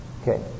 Okay